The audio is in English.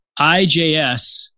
IJS